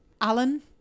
Alan